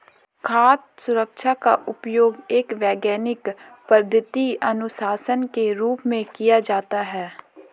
खाद्य सुरक्षा का उपयोग एक वैज्ञानिक पद्धति अनुशासन के रूप में किया जाता है